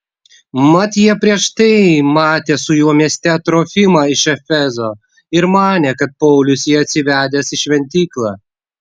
mat jie prieš tai matė su juo mieste trofimą iš efezo ir manė kad paulius jį atsivedęs į šventyklą